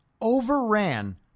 overran